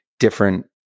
different